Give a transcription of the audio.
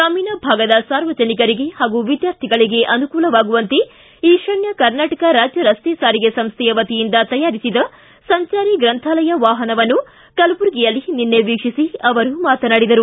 ಗ್ರಾಮೀಣ ಭಾಗದ ಸಾರ್ವಜನಿಕರಿಗೆ ಹಾಗೂ ವಿದ್ಯಾರ್ಥಿಗಳಿಗೆ ಅನುಕೂಲವಾಗುವಂತೆ ಈಶಾನ್ಯ ಕರ್ನಾಟಕ ರಾಜ್ಯ ರಸ್ತೆ ಸಾರಿಗೆ ಸಂಸೈಯ ವತಿಯಿಂದ ತಯಾರಿಸಿದ ಸಂಚಾರಿ ಗ್ರಂಥಾಲಯ ವಾಹನವನ್ನು ಕಲಬುರಗಿಯಲ್ಲಿ ನಿನ್ನೆ ವೀಕ್ಷಿಸಿ ಅವರು ಮಾತನಾಡಿದರು